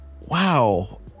wow